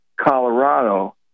Colorado